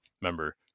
Remember